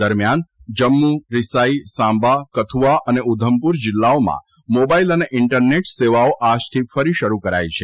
દરમિયાન જમ્મુ રિસાઇ સાંબા કથુઆ અને ઉધમપુર જીલ્લાઓમાં મોબાઇલ અને ઇન્ટરનેટ સેવાઓ આજથી ફરી શરૂ કરાઇ છે